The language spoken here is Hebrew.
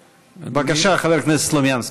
בבקשה, חבר הכנסת סלומינסקי.